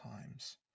times